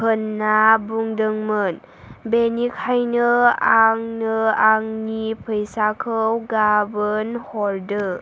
होनना बुंदोंमोन बेनिखायनो आंनो आंनि फैसाखौ गाबोन हरदो